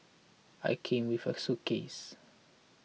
I came with a suitcase